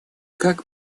как